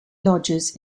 lodges